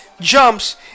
jumps